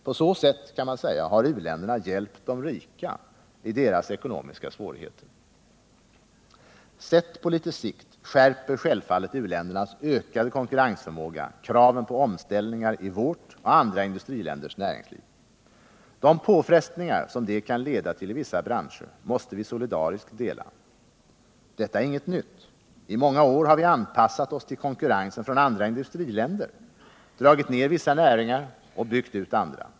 På så sätt, kan man säga, har u-länderna hjälpt de rika i deras ekonomiska svårigheter. Sett på litet sikt skärper självfallet u-ländernas ökade konkurrensförmåga kraven på omställningar i vårt och andra industriländers näringsliv. De påfrestningar det kan leda till i vissa branscher måste vi solidariskt dela. Detta är inget nytt. I många år har vi anpassat oss till konkurrensen från andra industriländer — dragit ner vissa näringar och byggt ut andra.